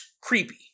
creepy